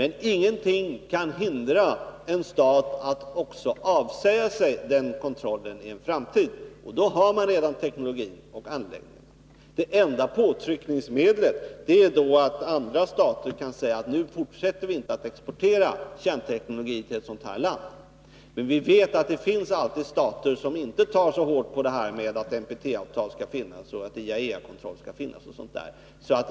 Ingenting kan emellertid hindra en stat att avsäga sig den kontrollen i en framtid, när man redan har teknologin. Det enda påtryckningsmedlet är då att andra stater kan upphöra att exportera kärnteknologi till ett sådant land. Vi vet att det alltid finns stater som inte tar så hårt på att NPT-avtal och IAEA-kontroll skall finnas.